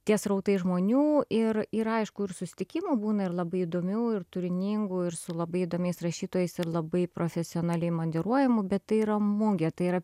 tie srautai žmonių ir ir aišku ir susitikimų būna ir labai įdomių ir turiningų ir su labai įdomiais rašytojais ir labai profesionaliai moderuojamų bet tai yra mugė tai yra